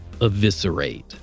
eviscerate